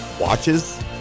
Watches